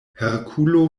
herkulo